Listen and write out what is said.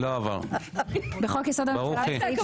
במקום '80 חברי כנסת' יבוא '61 חברי כנסת'.